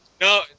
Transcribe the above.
No